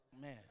Man